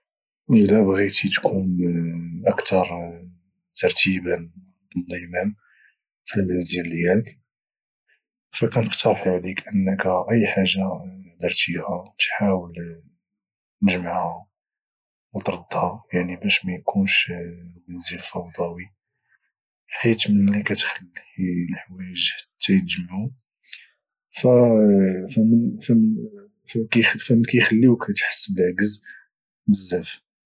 الى بغيتي تكون اكثر ترتيبا وتنظيما في المنزل ديالك فكنقتارح عليك انك اي حاجة درتيها تحاول تجمعها وتردها يعني باش ميكونش المنزل فوضوي حيت ملي كتخلي الحوايج حتى يدجمعو فمن كيخليوك تحس بالعكز بزاف